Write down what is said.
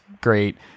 great